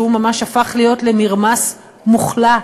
שהפך ממש למרמס מוחלט,